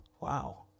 Wow